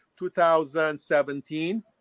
2017